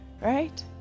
right